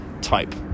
type